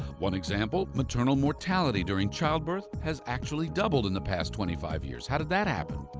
one example, maternal mortality during child birth has actually doubled in the past twenty-five years. how did that happen?